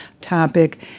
topic